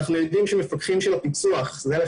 אנחנו יודעים שמפקחים של הפיצו"ח שרואים